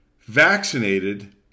vaccinated